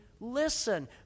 Listen